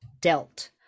dealt